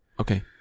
Okay